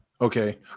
Okay